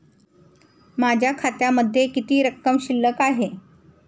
माझ्या खात्यामध्ये किती रक्कम शिल्लक आहे?